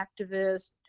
activist